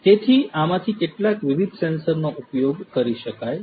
તેથી આમાંથી કેટલાક વિવિધ સેન્સરનો ઉપયોગ કરી શકાય છે